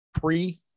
pre